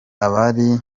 abari